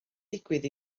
digwydd